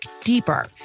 deeper